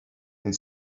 and